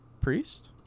Priest